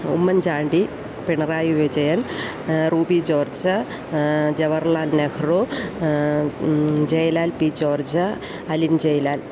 Oommen Chandy Pinarayi Vijayan Ruby George Jawaharlal Nehru Jayalal P George Alin Jailal